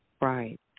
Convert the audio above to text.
right